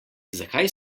zakaj